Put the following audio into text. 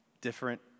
different